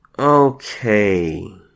Okay